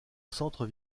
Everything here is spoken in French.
centre